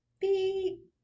beep